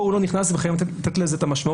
פה הוא לא נכנס וחייבים לתת לזה את המשמעות,